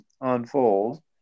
unfold